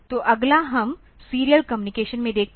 तो अगला हम सीरियल कम्युनिक्शन में देखते हैं